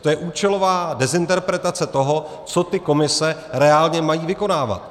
To je účelová dezinterpretace toho, co ty komise reálně mají vykonávat.